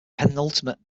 penultimate